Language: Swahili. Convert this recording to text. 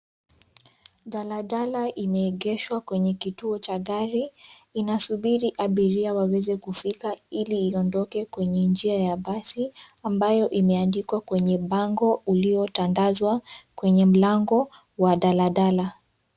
Daladala imeegeshwa kwenye kituo cha gari. Inasubiri abiria waweze kufika ili iondoke kwenye njia ya basi ambayo imeandikwa kwenye bango uliotandazwa kwenye mlango wa daladala.